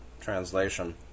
translation